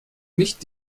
nicht